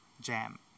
jam